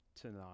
tonight